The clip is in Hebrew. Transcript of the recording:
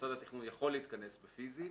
ומוסד התכנון יכול להתכנס פיסית,